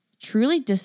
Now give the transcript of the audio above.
truly